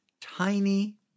tiny